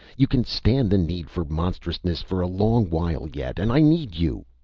you can stand the need for monstrousness for a long while yet! and i need you!